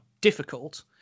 difficult